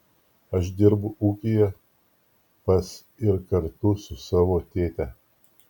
aš dirbu ūkyje pas ir kartu su savo tėte